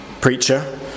preacher